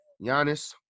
Giannis